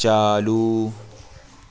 چالو